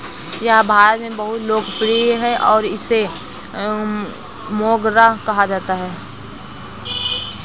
यह भारत में बहुत लोकप्रिय है और इसे मोगरा कहा जाता है